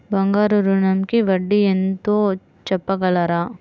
బంగారు ఋణంకి వడ్డీ ఎంతో చెప్పగలరా?